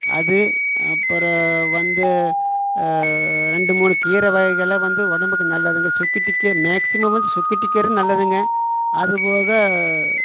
அது அப்புறோம் வந்து ரெண்டு மூணு கீரை வகைகளாம் வந்து உடம்புக்கு நல்லதுங்க சுக்கிடிக்கி மேக்ஸிமம் வந்து சுக்கிட்டி கீரை நல்லதுங்க அது போக